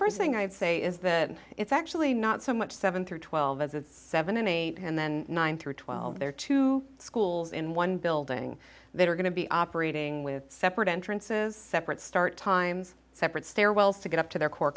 first thing i'd say is that it's actually not so much seven through twelve as the seven and eight and then nine through twelve there are two schools in one building that are going to be operating with separate entrances separate start times separate stairwells to get up to their core